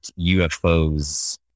UFOs